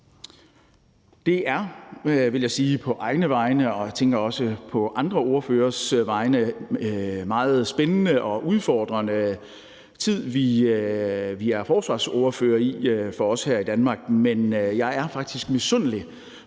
Det er – vil jeg sige på egne vegne og også på andre ordføreres vegne, tænker jeg – en meget spændende og udfordrende tid, vi er forsvarsordførere i, for os her i Danmark. Men jeg er faktisk misundelig